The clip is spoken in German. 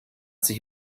sich